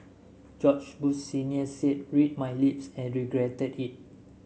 George Bush Senior said read my lips and regretted it